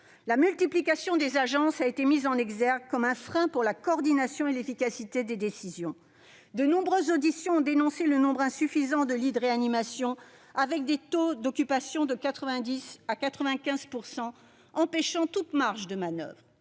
La multiplication des agences a été mise en avant comme constituant un frein à la coordination et à l'efficacité des décisions. De nombreuses auditions ont également dénoncé le nombre insuffisant de lits de réanimation, les taux d'occupation, de 90 % à 95 %, rognant toute marge de manoeuvre.